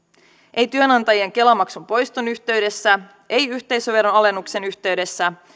ei työnantajien kela maksun poiston yhteydessä ei yhteisöveron alennuksen yhteydessä